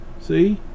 See